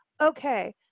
okay